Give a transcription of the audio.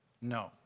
No